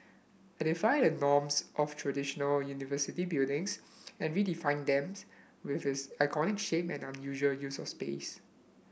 it defy the norms of traditional university buildings and redefine them with its iconic shape and unusual use of space